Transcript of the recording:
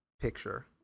picture